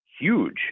huge